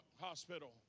Hospital